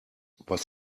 was